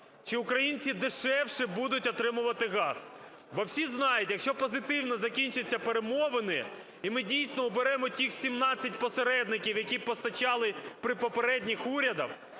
Чи українці дешевше будуть отримувати газ? Бо всі знають, якщо позитивно закінчаться перемовини і ми, дійсно, оберемо тих 17 посередників, які постачали при попередніх урядах,